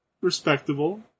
respectable